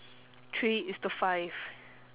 three is to five